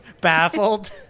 baffled